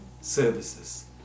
Services